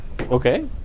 Okay